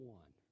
one